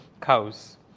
cows